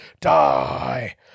die